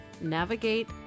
navigate